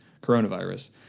coronavirus